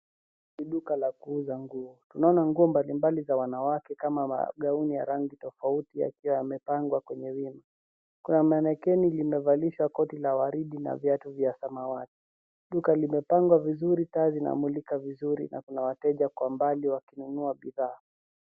Ni duka la kuuza nguo. Tunaona nguo mbalimbali za wanawake kama magauni ya rangi tofauti imepangwa kwenye wima . Kuna marekeni ambalo limevalishwa koti la waridi na viatu vya samawati. Duka limepangwa vizuri taa zina mulika vizuri na kuna wateja kwa mbali wakinunua bidhaa.